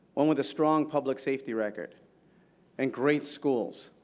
one with a strong public safety record and great schools,